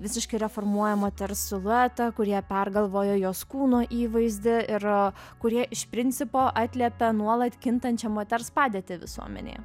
visiškai reformuoja moters siluetą kurie pergalvojo jos kūno įvaizdį ir kurie iš principo atliepia nuolat kintančią moters padėtį visuomenėje